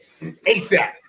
ASAP